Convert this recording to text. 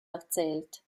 erzählt